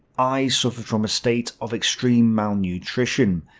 i suffered from a state of extreme malnutrition.